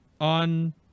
on